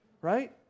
Right